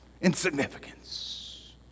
Insignificance